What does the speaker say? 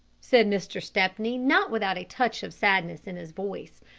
said mr. stepney not without a touch of sadness in his voice.